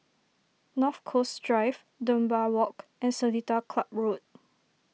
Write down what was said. North Coast Drive Dunbar Walk and Seletar Club Road